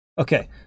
Okay